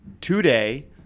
today